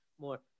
more